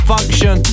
Function